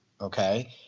okay